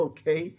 Okay